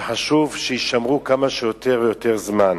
שחשוב שיישמרו כמה שיותר ויותר זמן.